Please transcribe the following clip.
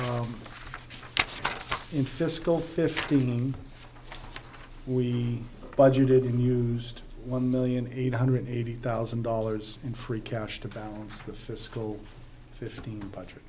so in fiscal fifteen we budgeted unused one million eight hundred eighty thousand dollars in free cash to balance the fiscal fifteen budget